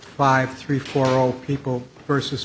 five three for all people versus